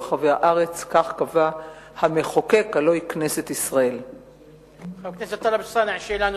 חבר הכנסת טלב אלסאנע, שאלה נוספת,